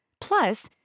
Plus